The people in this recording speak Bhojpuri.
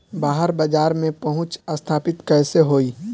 बाहर बाजार में पहुंच स्थापित कैसे होई?